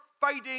fighting